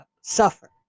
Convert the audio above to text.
suffer